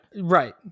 Right